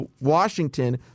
Washington